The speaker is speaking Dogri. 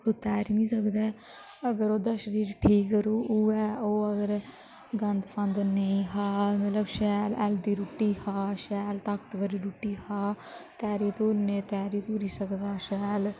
ओह् तैरी नी सकदा ऐ अगर ओह्दा शरीर ठीक रुह् ऐ तां उ'यै ओह् अगर गंद फंद नेईं खा मतलब शैल हैल्दी रुट्टी खा शैल शैल ताकतबर रुट्टी खा तैरी तुरने तैरी तूरी सकदा शैल